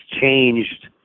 changed